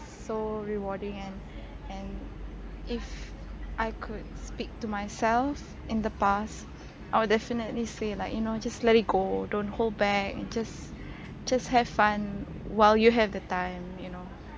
so rewarding and and if I could speak to myself in the past I will definitely say like you know just let it go don't hold back and just just have fun while you have the time you know